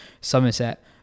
Somerset